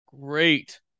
great